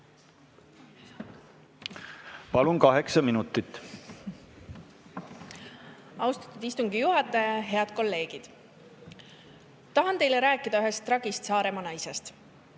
Palun! Kaheksa minutit. Austatud istungi juhataja! Head kolleegid! Tahan teile rääkida ühest tragist Saaremaa naisest.